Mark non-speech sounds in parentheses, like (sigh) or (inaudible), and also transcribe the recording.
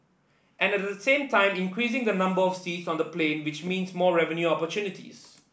and (unintelligible) the same time increasing the number of seats on the plane which means more revenue opportunities